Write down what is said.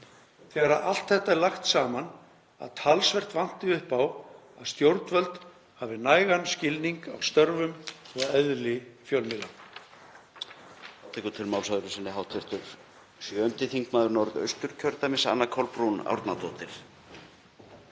þegar allt þetta er lagt saman, að talsvert vanti upp á að stjórnvöld hafi nægan skilning á störfum og eðli fjölmiðla.